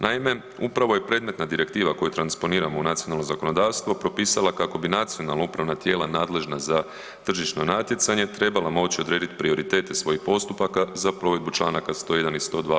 Naime, upravo je predmetna direktiva koju transponiramo u nacionalno zakonodavstvo propisala kako bi nacionalna upravna tijela nadležna za tržišno natjecanje trebala moći odrediti prioritete svojih postupaka za provedbu članaka 101. i 102.